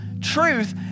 Truth